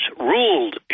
ruled